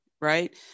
right